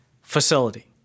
Facility